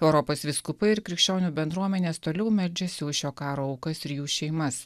europos vyskupai ir krikščionių bendruomenės toliau meldžiasi už šio karo aukas ir jų šeimas